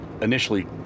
initially